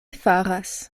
faras